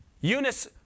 Eunice